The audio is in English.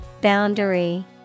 Boundary